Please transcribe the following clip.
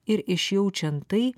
ir išjaučiant tai